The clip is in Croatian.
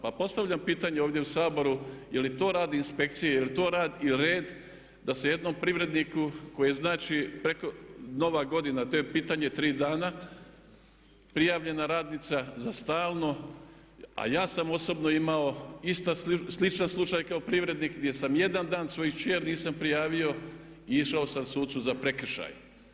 Pa postavljam pitanje ovdje u Saboru je li to radi inspekcija, je li to red da se jednom privredniku koji znači, nova godina, to je pitanje 3 dana, prijavljena radnica za stalno a ja sam osobno imao sličan slučaj kao privrednik gdje sam jedan dan svoju kćer nisam prijavio i išao sam sucu za prekršaj.